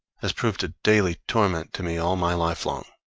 has proved a daily torment to me all my life long.